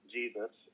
Jesus